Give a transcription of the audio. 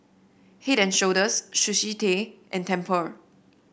Head And Shoulders Sushi Tei and Tempur